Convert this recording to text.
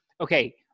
Okay